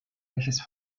welches